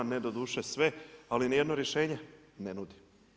Ne doduše sve, ali ni jedno rješenje ne nudi.